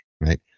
right